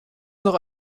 noch